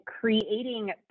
creating